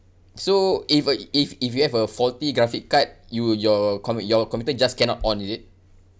so if uh if if you have a faulty graphic card you your compu~ your computer just cannot on is it